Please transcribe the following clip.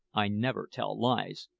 i never tell lies,